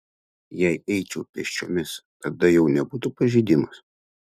jei eičiau pėsčiomis tada jau nebūtų pažeidimas